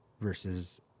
versus